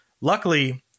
Luckily